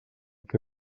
que